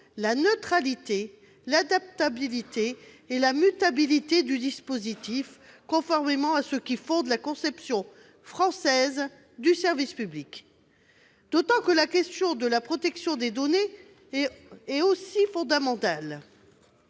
la neutralité, l'adaptabilité et la mutabilité du dispositif, conformément à ce qui fonde la conception française du service public, et ce d'autant que la question de la protection des données est aussi fondamentale.